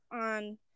on